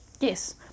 Yes